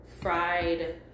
fried